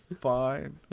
fine